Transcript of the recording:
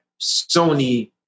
Sony